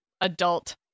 adult